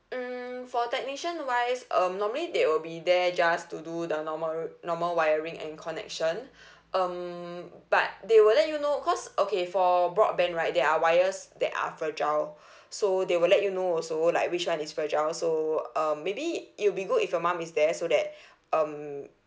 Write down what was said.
hmm for technician wise um normally they will be there just to do the normal normal wiring and connection um but they will let you know because okay for broadband right there are wires that are fragile so they will let you know also like which [one] is fragile so uh maybe it will be good if your mom is there so that um